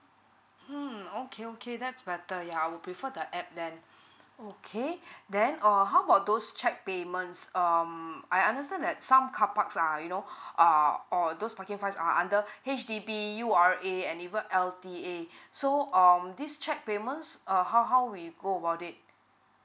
mm okay okay that's better yeah I would prefer the app then okay then err how about those cheque payments um I understand that some car parks are you know err or those parking fines are under H_D_B U_R_A and even L_T_A so um this cheque payments err how how we go about it